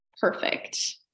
perfect